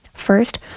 First